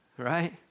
Right